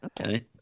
okay